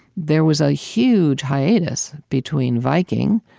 there was a huge hiatus between viking,